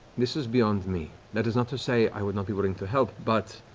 this is beyond me. that is not to say i would not be willing to help, but